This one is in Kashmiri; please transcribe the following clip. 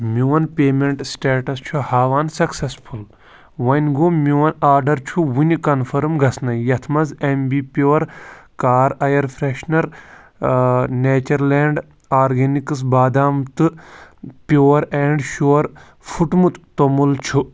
میون پیمٮ۪نٹ چھُ ہاوان سکسٮ۪سفُل وۄنۍ گوٚو میون آرڈر چھُ وُنہِ کنفٔرٕم گژھنَے یتھ منٛز M B pure car air freshener Nature Land Organics بادام تہٕ پیور اینٛڈ شور فھُٹمُت توٚمُل چھُ